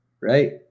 right